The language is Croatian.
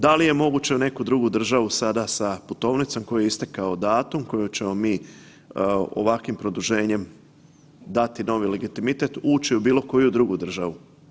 Da li je moguće u neku drugu državu sada sa putovnicom kojoj je istako datum, kojoj ćemo mi ovakvim produženjem dati novi legitimitet, ući u bilo koju drugu državu.